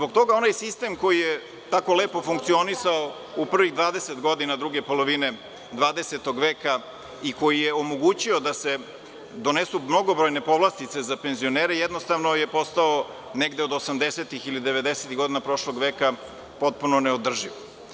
Onaj sistem koji je tako lepo funkcionisao u prvih 20 godina druge polovine 20. veka i koji je omogućio da se donesu mnogobrojne povlastice za penzionera jednostavno je postao, negde od 80-ih ili 90-ih godina prošlog veka, potpuno neodrživ.